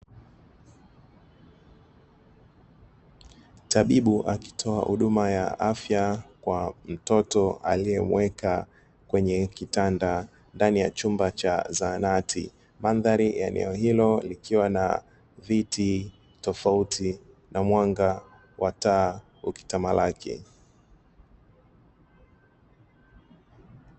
Mtabibu akitoa huduma ya afya kwa mtoto aliyemweka kwenye kitanda ndani ya chumba cha zahanati, mandhari ya eneo hilo ikiwa na viti tofauti na mwanga wa taa ukitamalaki.